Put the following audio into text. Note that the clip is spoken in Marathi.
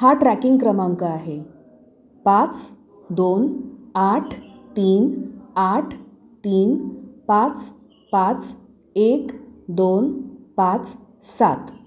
हा ट्रॅकिंग क्रमांक आहे पाच दोन आठ तीन आठ तीन पाच पाच एक दोन पाच सात